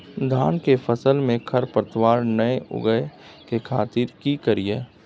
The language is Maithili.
धान के फसल में खरपतवार नय उगय के खातिर की करियै?